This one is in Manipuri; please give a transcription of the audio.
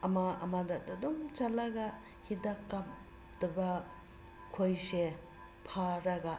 ꯑꯃ ꯑꯃꯗ ꯑꯗꯨꯝ ꯆꯠꯂꯒ ꯍꯤꯗꯥꯛ ꯀꯥꯞꯇꯕ ꯈꯣꯏꯁꯦ ꯐꯥꯔꯒ